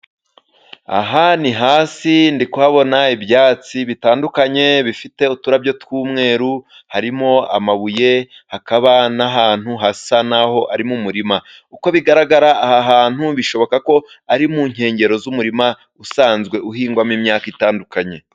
Aha ni hasi ndi kuhabona ibyatsi bitandukanye bifite uturabyo tw'umweru. Harimo amabuye, hakaba n'ahantu hasa naho ari mu murima. Uko bigaragara aha hantu bishoboka ko ari mu nkengero z'umurima, usanzwe uhingwamo imyaka itandukanye.